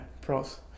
pros